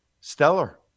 stellar